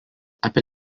apie